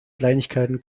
kleinigkeiten